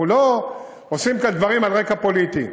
אנחנו לא עושים כאן דברים על רקע פוליטי.